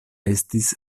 estis